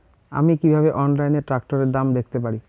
আমি কিভাবে অনলাইনে ট্রাক্টরের দাম দেখতে পারি?